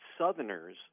Southerners